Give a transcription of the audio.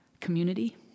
community